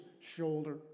shoulder